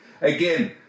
Again